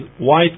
White